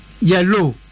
yellow